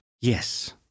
Yes